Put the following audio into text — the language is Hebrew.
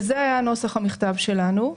זה היה נוסח המכתב שלנו.